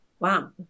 Wow